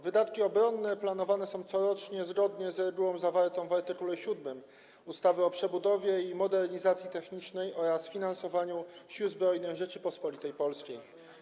Wydatki obronne planowane są corocznie zgodnie z regułą zawartą w art. 7 ustawy o przebudowie i modernizacji technicznej oraz finansowaniu Sił Zbrojnych Rzeczypospolitej Polskiej.